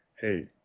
hey